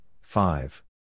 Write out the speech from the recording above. five